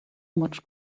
much